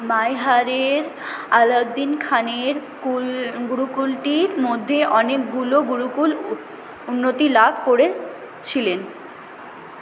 মাইহারের আলাউদ্দিন খানের কুল গুরুকুলটির মধ্যে অনেকগুলো গুরুকুল উন্নতি লাভ করেছিলেন